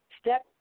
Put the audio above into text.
step